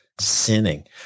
sinning